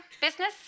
business